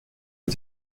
man